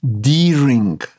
D-ring